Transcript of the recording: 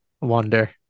wonder